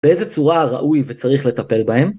באיזה צורה ראוי וצריך לטפל בהם?